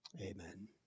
Amen